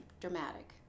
dramatic